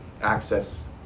access